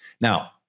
Now